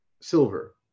silver